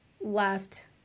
left